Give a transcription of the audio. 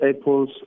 apples